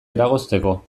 eragozteko